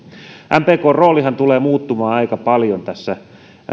mpkn roolihan tulee muuttumaan aika paljon